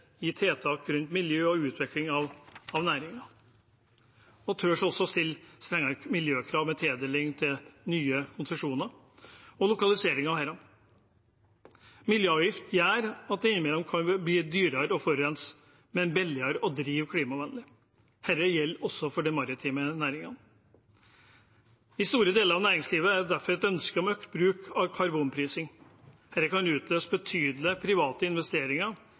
i tiltak rundt miljø og utvikling av næringen, og tørre å stille strengere miljøkrav ved tildeling til nye konsesjoner og lokalisering av disse. Miljøavgift gjør at det innimellom kan bli dyrere å forurense, men billigere å drive klimavennlig. Dette gjelder også for de maritime næringene. I store deler av næringslivet er det derfor et ønske om økt bruk av karbonprising. Det kan utløse betydelige private investeringer